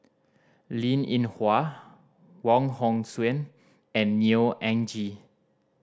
Linn In Hua Wong Hong Suen and Neo Anngee